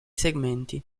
segmenti